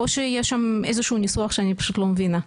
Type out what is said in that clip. או שיש שם איזשהו ניסוח שאני פשוט לא מבינה?